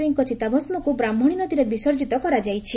ପୟୀଙ୍ ଚିତାଭସ୍କକୁ ବ୍ରାହ୍କଶୀ ନଦୀରେ ବିସର୍ଜନ କରାଯାଇଛି